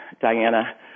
Diana